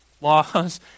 laws